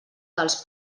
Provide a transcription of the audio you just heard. dels